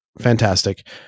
fantastic